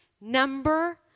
Number